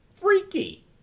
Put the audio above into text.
freaky